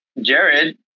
Jared